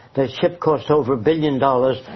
the ship costs over a billion dollars,